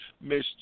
Miss